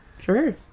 Sure